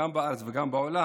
גם בארץ וגם בעולם,